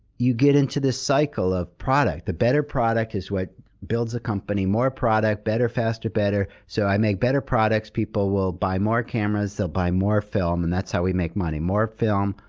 you get into this cycle of product. a better product is what builds a company. more product. better, faster, better. so, i make better products, people will buy more cameras, they'll buy more film, and that's how we make money. more film,